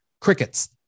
crickets